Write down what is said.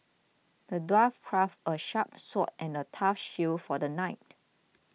the dwarf crafted a sharp sword and a tough shield for the knight